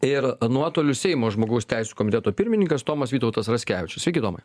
ir nuotoliu seimo žmogaus teisių komiteto pirmininkas tomas vytautas raskevičius sveiki tomai